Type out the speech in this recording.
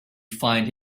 find